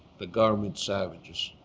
the government savages.